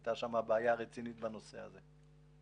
הייתה שם בעיה רצינית בנושא הזה.